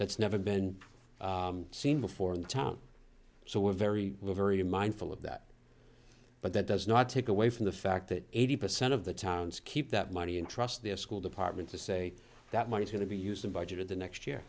that's never been seen before in the town so we're very very mindful of that but that does not take away from the fact that eighty percent of the towns keep that money and trust their school department to say that money's going to be used in budget in the next year